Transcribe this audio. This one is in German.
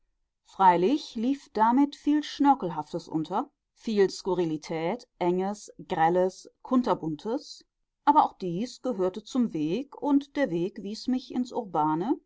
freilich lief damit viel schnörkelhaftes unter viel skurrilität enges grelles kunterbuntes aber auch dies gehörte zum weg und der weg wies mich ins